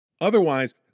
Otherwise